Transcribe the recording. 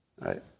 right